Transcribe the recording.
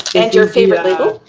and your favorite label.